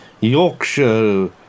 Yorkshire